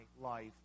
life